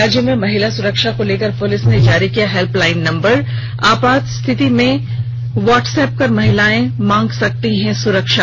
राज्य में महिला सुरक्षा को लेकर पुलिस ने जारी किया हेल्पलाईन नंबर अपात स्थिति उं में वाट्स ऐप कर महिलाएं मांग सकती हैं सुरक्षा